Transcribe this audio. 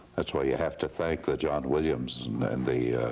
that's why you have to thank the john williams's and the